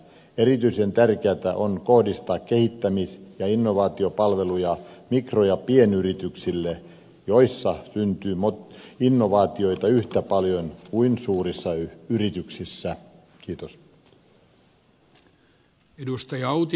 erityisen tärkeätä on kohdistaa kehittämis ja innovaatiopalveluja mikro ja pienyrityksille joissa syntyy innovaatioita yhtä paljon kuin suurissa yrityksissä